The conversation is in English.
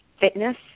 Fitness